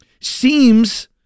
seems